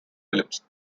films